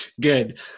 Good